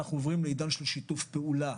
אנחנו עוברים לעידן של שיתוף פעולה.